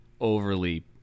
overly